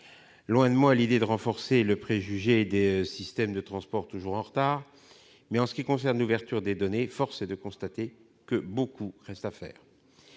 Loin de moi l'idée de renforcer les préjugés sur les moyens de transport toujours en retard, mais, en ce qui concerne l'ouverture des données, force est de constater que beaucoup reste à faire.